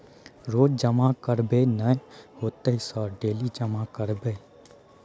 रोज जमा करबे नए होते सर डेली जमा करैबै?